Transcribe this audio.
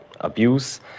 abuse